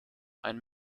ein